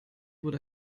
wurde